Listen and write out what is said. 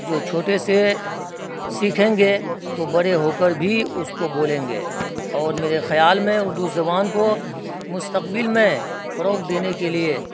جو چھوٹے سے سیکھیں گے تو بڑے ہو کر بھی اس کو بولیں گے اور میرے خیال میں اردو زبان کو مستقبل میں فروغ دینے کے لیے